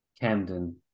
Camden